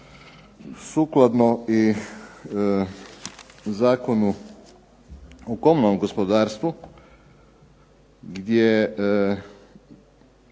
sukladno Zakonu o komunalnom gospodarstvu gdje